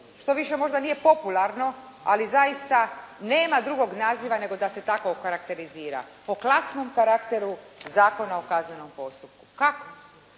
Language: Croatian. što više možda nije popularno, ali zaista nema drugog naziva nego da se tako okarakterizira po klasnom karakteru Zakona o kaznenom postupku. Kako?